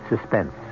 suspense